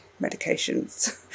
medications